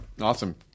Awesome